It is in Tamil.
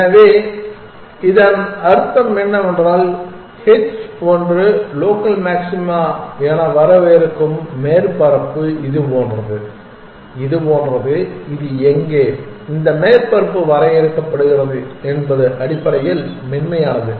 எனவே இதன் அர்த்தம் என்னவென்றால் h ஒன்று லோக்கல் மாக்சிமா என வரையறுக்கும் மேற்பரப்பு இது போன்றது இது போன்றது இது எங்கே இந்த மேற்பரப்பு வரையறுக்கப்படுகிறது என்பது அடிப்படையில் மென்மையானது